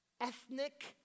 ethnic